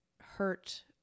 hurt